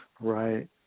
Right